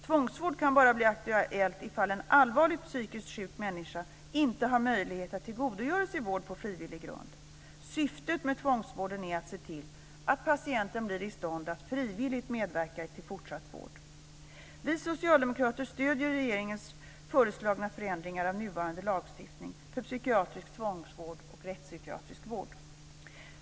Tvångsvård kan bara bli aktuellt ifall en allvarligt psykiskt sjuk människa inte har möjlighet att tillgodogöra sig vård på frivillig grund. Syftet med tvångsvården är att se till att patienten blir i stånd att frivilligt medverka i fortsatt vård. Vi socialdemokrater stöder regeringens föreslagna förändringar av nuvarande lagstiftning för psykisk tvångsvård och rättspsykiatrisk vård.